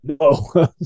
No